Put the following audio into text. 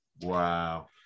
Wow